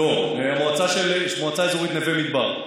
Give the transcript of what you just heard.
לא, מהמועצה האזורית נווה מדבר.